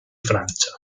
francia